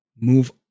Move